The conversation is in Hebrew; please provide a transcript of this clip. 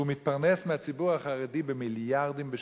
שמתפרנס מהציבור החרדי במיליארדים בשנה.